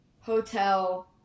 hotel